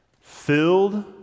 filled